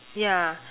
ya